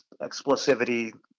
explosivity